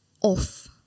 off